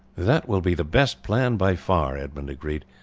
that will be the best plan by far, edmund agreed,